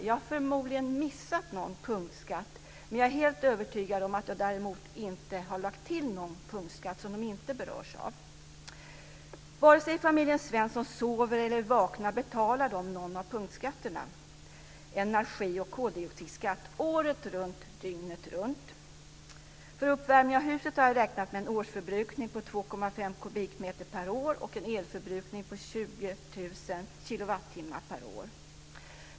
Jag har förmodligen missat någon punktskatt, men jag är däremot helt övertygad om att jag inte har lagt till någon punktskatt som familjen inte berörs av. Vare sig familjen Svensson sover eller är vaken betalar man någon av punktskatterna. Man betalar energi och koldioxidskatt, året runt, dygnet runt. För uppvärmning av huset har jag räknat med en årsförbrukning på 2,5 kubikmeter per år och en elförbrukning på 20 000 kilowattimmar per år.